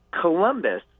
Columbus